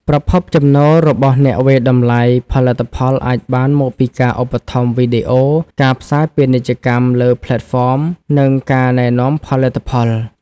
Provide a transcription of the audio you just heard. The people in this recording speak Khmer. ប្រភពចំណូលរបស់អ្នកវាយតម្លៃផលិតផលអាចបានមកពីការឧបត្ថម្ភវីដេអូ ការផ្សាយពាណិជ្ជកម្មលើផ្លេតហ្វម និងការណែនាំផលិតផល ។